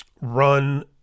run